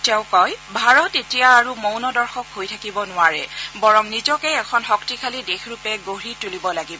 তেওঁ কয় যে ভাৰত এতিয়া আৰু মৌন দৰ্শক হৈ থাকিব নোৱাৰে বৰং নিজকে এখন শক্তিশালী দেশৰূপে গঢ়ি তুলিব লাগিব